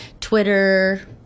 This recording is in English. Twitter